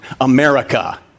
America